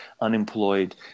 unemployed